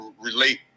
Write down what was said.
relate